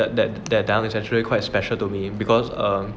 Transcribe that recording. that that they're down is actually quite special to me because um